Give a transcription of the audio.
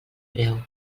breu